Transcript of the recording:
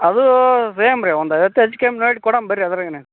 ಅದು ಸೇಮ್ ರೀ ಒಂದು ಐವತ್ತು ಹೆಚ್ಕಮ್ಮಿ ರೇಟ್ ಕೊಡೋಣ ಬರ್ರಿ ಅದ್ರಗೇನೈತಿ